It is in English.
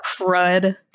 Crud